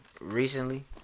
recently